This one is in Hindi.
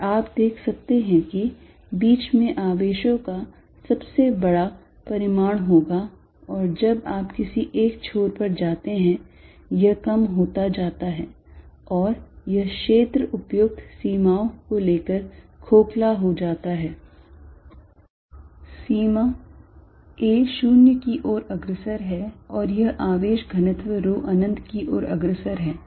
और आप देख सकते हैं कि बीच में आवेशों का सबसे बड़ा परिमाण होगा और जब आप किसी एक छोर पर जाते हैं यह कम होता जाता है और यह क्षेत्र उपयुक्त सीमाओं को लेकर खोखला हो जाता है सीमा a 0 की ओर अग्रसर है और यह आवेश घनत्व rho अनंत की ओर अग्रसर है